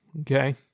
okay